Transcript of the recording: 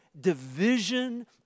division